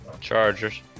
Chargers